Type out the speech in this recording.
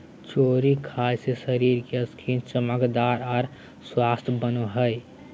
cherry खाय से शरीर के स्किन चमकदार आर स्वस्थ बनो हय